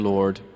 Lord